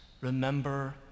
remember